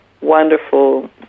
wonderful